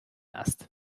ast